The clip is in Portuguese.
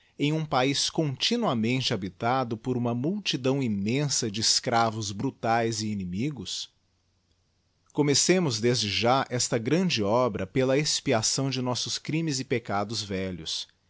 em um paiz continuamente habitado por uma multidão immensa de escravos brutaes e inimigos comecemos desde já esta gi'ande obra pela expiação de nossos crimes e peccados velhos